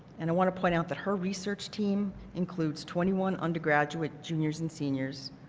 and want to point out that her research team includes twenty one undergraduates juniors and seniors,